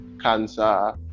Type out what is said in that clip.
cancer